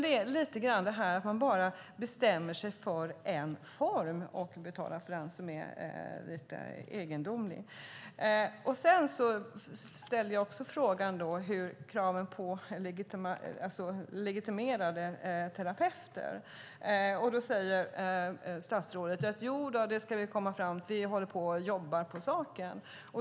Det är lite grann detta att man bara bestämmer sig för en enda form och betalar för just den som är lite egendomligt. Jag frågade också om legitimerade terapeuter. Då säger statsrådet: Jo, vi håller på att jobba på saken.